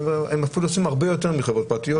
הן אפילו עושות הרבה יותר מחברות פרטיות.